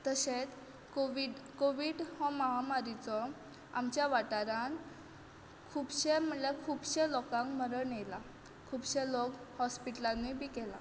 तशेंच covid covid हो महामारीचो आमच्या वाठारांत खुबशे म्हणल्यार खुबशे लोकांक मरण येयलां खुबशे लोक हॉस्पिटलांतूय गेला